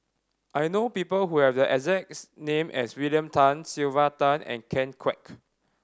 I know people who have the exact S name as William Tan Sylvia Tan and Ken Kwek